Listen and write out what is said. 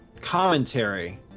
Commentary